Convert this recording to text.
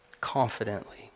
confidently